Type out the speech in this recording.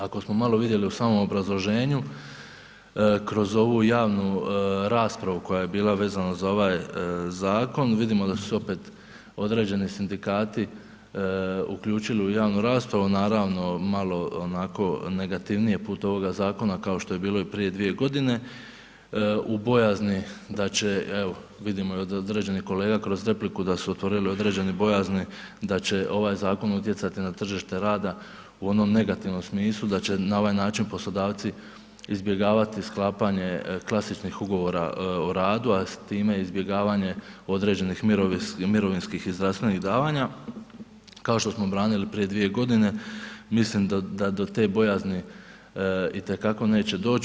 Ako smo malo vidjeli u samom obrazloženju kroz ovu javnu raspravu koja je bila vezana za ovaj zakon, vidimo da su se opet određeni sindikati uključili u javnu raspravu, naravno malo onako negativnije put ovog zakona kao što je bilo i prije dvije godine u bojazni da će evo vidimo i od određenih kolega kroz repliku da su otvorile određene bojazni da će ovaj zakon utjecati na tržište rada u onom negativnom smislu, da će na ovaj način poslodavci izbjegavati sklapanje klasičnih ugovora o radu, a s time izbjegavanje određenih mirovinskih i zdravstvenih davanja, kao što smo branili prije dvije godine, mislim da do te bojazni itekako neće doć.